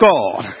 God